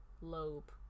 lobe